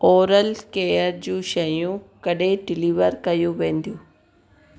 oral care जूं शयूं कॾहिं डिलीवर कयूं वेंदियूं